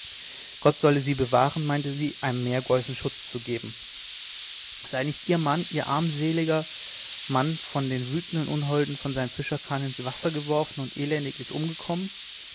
gott solle sie bewahren meinte sie einem meergeusen schutz zu geben sei nicht ihr mann ihr armer seliger mann von den wütenden unholden von seinem fischerkahn ins wasser geworfen und elendiglich umgekommen